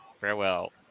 Farewell